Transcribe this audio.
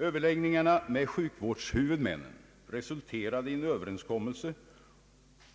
Överläggningarna med sjukvårdshuvudmännen resulterade i en överenskommelse